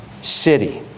city